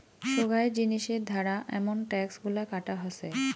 সোগায় জিনিসের ধারা আমন ট্যাক্স গুলা কাটা হসে